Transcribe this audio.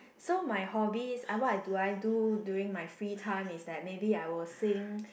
so my hobbies uh what I do I do during my free time is that maybe I will sing